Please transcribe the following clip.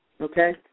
okay